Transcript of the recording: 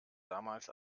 damals